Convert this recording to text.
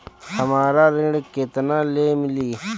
हमरा ऋण केतना ले मिली?